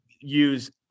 use